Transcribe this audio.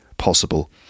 Possible